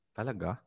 Talaga